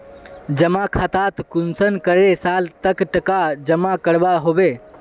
जमा खातात कुंसम करे साल तक टका जमा करवा होबे?